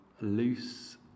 loose